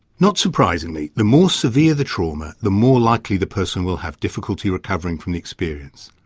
not surprisingly, the more severe the trauma, the more likely the person will have difficulty recovering from the experience.